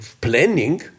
planning